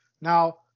Now